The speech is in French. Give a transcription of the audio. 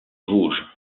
vosges